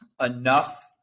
enough